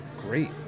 great